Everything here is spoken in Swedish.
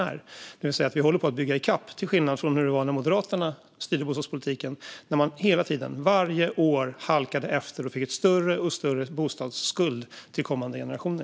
Vi håller alltså på att bygga i kapp, till skillnad från hur det var när Moderaterna styrde bostadspolitiken och hela tiden, varje år, halkade efter och fick en större och större bostadsskuld till kommande generationer.